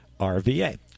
RVA